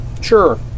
Sure